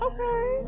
Okay